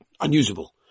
unusable